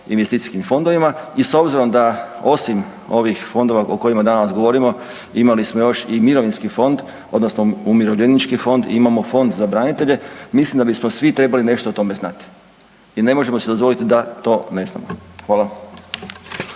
investicijskim fondovima i s obzirom da osim ovih fondova o kojima danas govorimo imali smo još i Mirovinski fond odnosno umirovljenički fond, imamo Fond za branitelje, mislim da bismo svi trebali nešto o tome znati i ne može si dozvoliti da to ne znamo. Hvala.